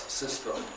system